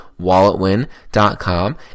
WalletWin.com